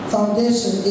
foundation